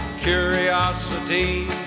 Curiosity